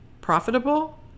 profitable